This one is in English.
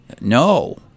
No